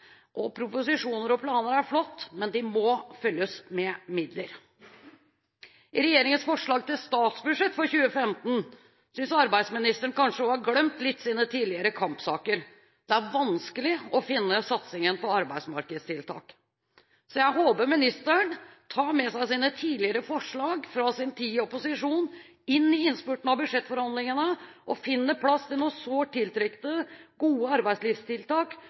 Proposisjoner og planer er flott, men de må følges av midler. I regjeringens forslag til statsbudsjett for 2015 synes arbeidsministeren kanskje litt å ha glemt sine tidligere kampsaker. Det er vanskelig å finne satsingen på arbeidsmarkedstiltak. Så jeg håper ministeren tar med seg sine tidligere forslag fra sin tid i opposisjon inn i innspurten av budsjettforhandlingene, og finner plass til noen sårt tiltrengte, gode arbeidslivstiltak